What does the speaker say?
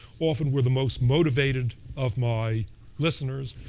often were the most motivated of my listeners.